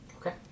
Okay